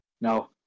No